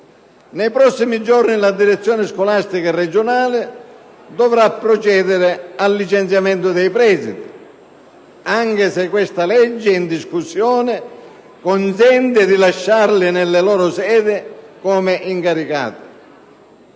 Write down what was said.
Nei prossimi giorni la direzione scolastica regionale dovrà procedere al licenziamento dei presidi, anche se questa legge in discussione consente di lasciarli nelle loro sedi come incaricati.